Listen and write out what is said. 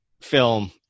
film